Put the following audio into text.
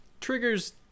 triggers